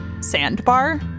sandbar